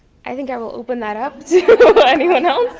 i think i will open that up to anyone